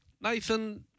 Nathan